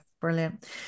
brilliant